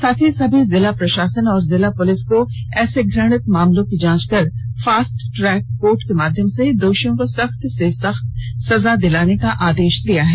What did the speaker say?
साथ ही सभी जिला प्रशासन एवं जिला पुलिस को ऐसे घृणित मामलों की जाँच कर फास्ट ट्रैक कोर्ट के माध्यम से दोषियों को सख्त से सख्त सजा दिलाने का आदेश दिया है